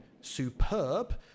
superb